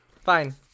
fine